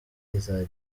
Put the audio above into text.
izajya